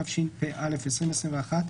התשפ״א-2021,